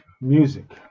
music